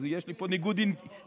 אז יש לי פה ניגוד עניינים.